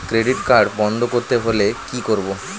Credit card বন্ধ করতে হলে কি করব?